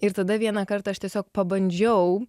ir tada vieną kartą aš tiesiog pabandžiau